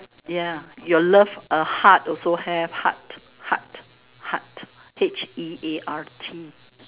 ya your love a heart also have heart heart heart H E a R T